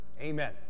Amen